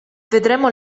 vedremo